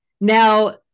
Now